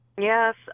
Yes